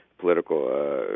political